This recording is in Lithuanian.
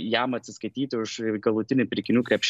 jam atsiskaityti už galutinį pirkinių krepš